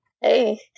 Hey